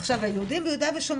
עכשיו היהודים ביו"ש,